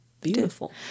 Beautiful